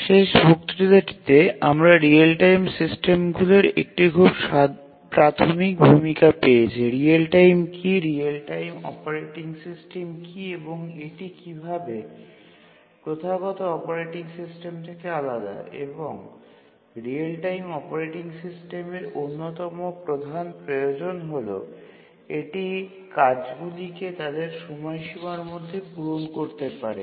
শেষ বক্তৃতাটিতে আমরা রিয়েল টাইম সিস্টেমগুলির একটি খুব প্রাথমিক ভূমিকা পেয়েছি রিয়েলটাইম কী রিয়েল টাইম অপারেটিং সিস্টেম কী এবং এটি কীভাবে প্রথাগত অপারেটিং সিস্টেম থেকে আলাদা এবং রিয়েল টাইম অপারেটিং সিস্টেমের অন্যতম প্রধান প্রয়োজন হল এটি কাজগুলিকে তাদের সময়সীমার মধ্যে পূরণ করতে পারে